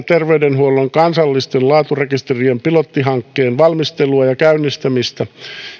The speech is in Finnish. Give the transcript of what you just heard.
terveydenhuollon kansallisten laaturekisterien pilottihankkeen valmistelua ja käynnistämistä